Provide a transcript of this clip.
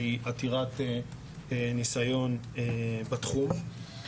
והיא עתירת ניסיון בתחום.